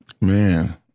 Man